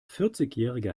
vierzigjähriger